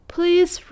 Please